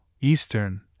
eastern